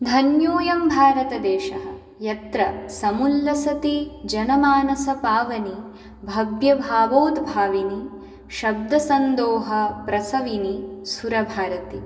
धन्योऽयं भारतदेशः यत्र समुल्लसति जनमानसपावनी भव्यभावोत्भाविनि शब्दसन्दोहाप्रसविनी सुरभारती